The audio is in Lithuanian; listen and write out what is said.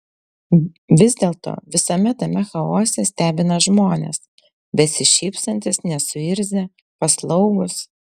vis dėlto visame tame chaose stebina žmonės besišypsantys nesuirzę paslaugūs